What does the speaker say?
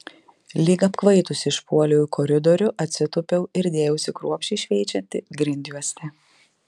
lyg apkvaitusi išpuoliau į koridorių atsitūpiau ir dėjausi kruopščiai šveičianti grindjuostę